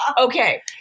Okay